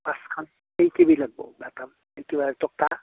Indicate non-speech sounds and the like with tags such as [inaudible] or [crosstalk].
পাঁচখন কেইকেবি লাগব বাতাম [unintelligible]